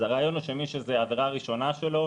אז הרעיון הוא שמי שזו עבירה ראשונה שלו,